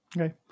Okay